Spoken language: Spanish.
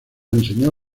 enseñó